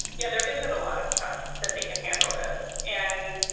yeah, there isn't a lot of trust that they can handle this. and,